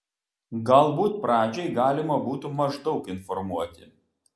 galbūt pradžiai galima būtų maždaug informuoti